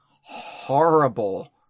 horrible